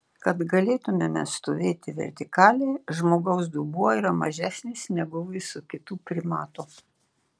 kad galėtumėme stovėti vertikaliai žmogaus dubuo yra mažesnis negu visų kitų primatų